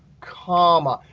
comma,